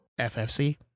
FFC